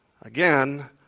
again